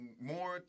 more